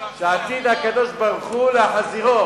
שעתיד הקדוש-ברוך-הוא להחזירו.